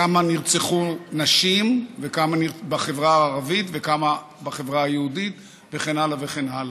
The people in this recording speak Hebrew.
כמה נרצחו נשים בחברה הערבית וכמה בחברה היהודית וכן הלאה וכן הלאה.